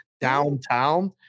downtown